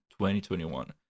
2021